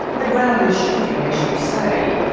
the ground is shifting, as you say.